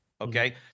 Okay